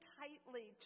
tightly